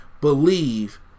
believe